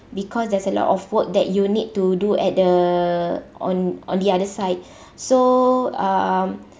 because there's a lot of work that you need to do at the on on the other side so um